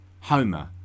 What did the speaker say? Homer